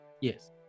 yes